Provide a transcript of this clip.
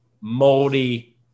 moldy